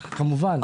כמובן.